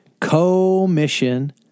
commission